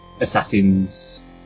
Assassins